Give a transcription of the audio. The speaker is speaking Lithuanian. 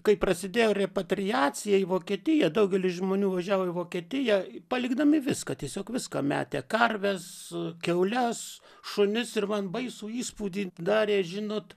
kai prasidėjo repatriacija į vokietiją daugelis žmonių važiavo į vokietiją palikdami viską tiesiog viską metė karves kiaules šunis ir man baisų įspūdį darė žinot